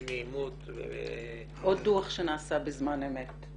אי נעימות ו -- עוד דוח שנעשה בזמן אמת.